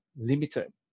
Limited